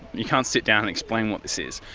you can't sit down and explain what this is,